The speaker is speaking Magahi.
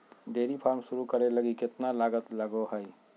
डेयरी फार्म शुरू करे लगी केतना लागत लगो हइ